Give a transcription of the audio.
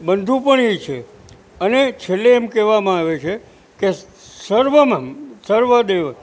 બંધુ પણ એ છે અને છેલ્લે એમ કહેવામાં આવે છે કે કે સર્વમાં સર્વ દેવ